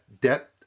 debt